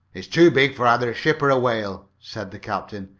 it's too big for either a ship or a whale, said the captain.